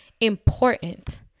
important